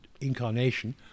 incarnation